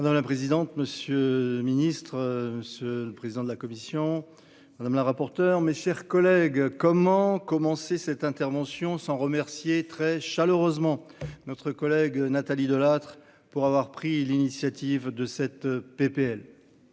Madame la présidente, monsieur le ministre, ce le président de la commission madame la rapporteure, mes chers collègues comment commencer cette intervention sans remercier très chaleureusement notre collègue Nathalie Delattre pour avoir pris l'initiative de cette PPL